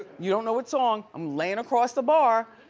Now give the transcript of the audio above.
you don't know what song. i'm laying across the bar